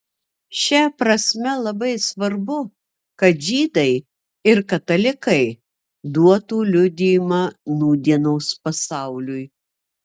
šia prasme labai svarbu kad žydai ir katalikai duotų liudijimą nūdienos pasauliui